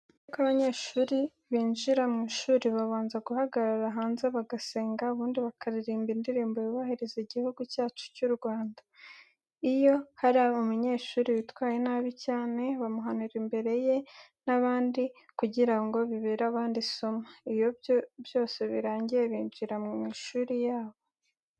Mbere y'uko abanyeshuri binjira mu ishuri babanza guhagarara hanze bagasenga, ubundi bakaririmba indirimbo yubahiriza igihugu cyacu cy'u Rwanda. Iyo hari umunyeshuri witwaye nabi cyane, bamuhanira imbere ye n'abandi kugira ngo bibere abandi isomo. Iyo ibyo byose birangiye, binjira mu mashuri yabo.